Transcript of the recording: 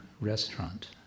restaurant